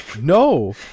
no